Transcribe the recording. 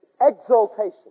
exaltation